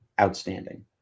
outstanding